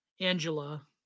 Angela